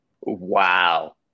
Wow